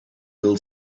will